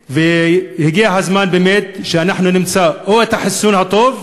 והגיע הזמן באמת שאנחנו נמצא או את החיסון הטוב,